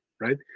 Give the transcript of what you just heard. right